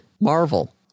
Marvel